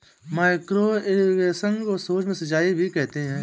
micro irrigation को सूक्ष्म सिंचाई भी कहते हैं